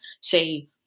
say